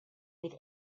with